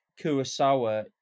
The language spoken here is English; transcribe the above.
Kurosawa